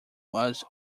was